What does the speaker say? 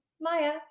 Maya